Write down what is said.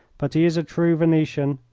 but he is a true venetian,